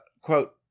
quote